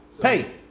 Pay